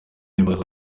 ibibazo